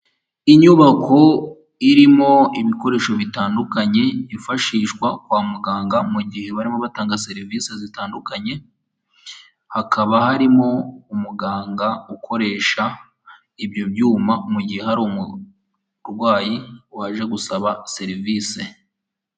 Inyubako irimo ibikoresho bitandukanye, byifashishwa kwa muganga mu gihe barimo batanga serivisi zitandukanye, hakaba harimo umuganga ukoresha ibyo byuma mu gihe hari umurwayi waje gusaba serivisi.